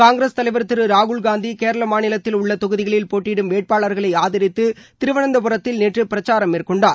காங்கிரஸ் தலைவர் திரு ராகுல்காந்தி கேரள மாநிலத்தில் உள்ள தொகுதிகளில் போட்டியிடும் வேட்பாளர்களை ஆதரித்து திருவனந்தபுரத்தில் நேற்று பிரச்சாரம் மேற்கொண்டார்